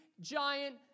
giant